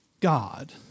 God